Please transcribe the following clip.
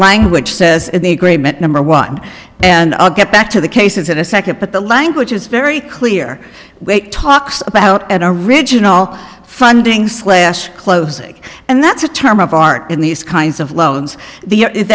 language says in the agreement number one and i'll get back to the cases in a second but the language is very clear talks about and original funding slashed closing and that's a term of art in these kinds of loans